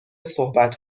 صحبت